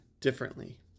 differently